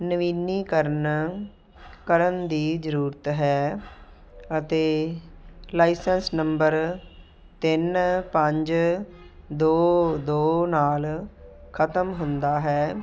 ਨਵੀਨੀਕਰਨ ਕਰਨ ਦੀ ਜ਼ਰੂਰਤ ਹੈ ਅਤੇ ਲਾਈਸੈਂਸ ਨੰਬਰ ਤਿੰਨ ਪੰਜ ਦੋ ਦੋ ਨਾਲ ਖਤਮ ਹੁੰਦਾ ਹੈ